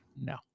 No